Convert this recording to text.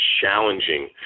challenging